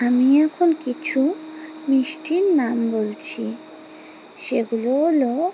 আমি এখন কিছু মিষ্টির নাম বলছি সেগুলো হলো